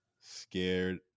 scared